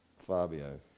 Fabio